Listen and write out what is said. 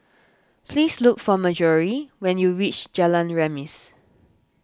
please look for Marjory when you reach Jalan Remis